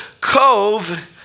cove